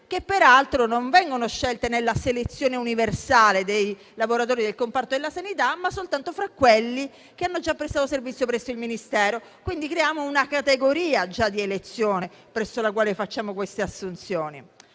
che, peraltro, vengono scelte non nella selezione universale dei lavoratori del comparto della sanità, ma soltanto fra quelli che hanno già prestato servizio presso il Ministero. Quindi, creiamo una categoria già di elezione presso la quale facciamo tali assunzioni.